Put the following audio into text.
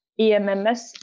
EMMS